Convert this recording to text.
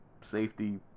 safety